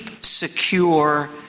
secure